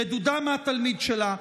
רדודה מהתלמיד שלה,